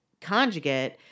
Conjugate